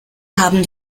haben